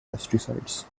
pesticides